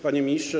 Panie Ministrze!